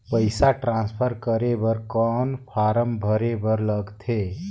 पईसा ट्रांसफर करे बर कौन फारम भरे बर लगथे?